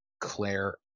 Claire